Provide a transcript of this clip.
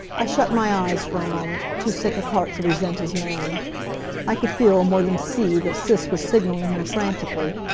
i shut my eyes for a moment, too sick at heart to resent his manner i could feel, more than see, that sis was signaling him frantically.